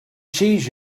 cheese